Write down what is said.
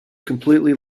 completely